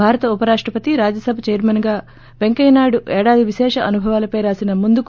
భారత ఉప రాష్టపతి రాజ్యసభ చైర్మన్గా వెంకయ్య నాయుడు ఏడాది విశేష అనుభవాలపై రాసిన ముందుకు